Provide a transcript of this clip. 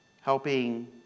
helping